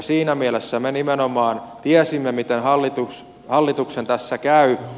siinä mielessä me nimenomaan tiesimme miten hallituksen tässä käy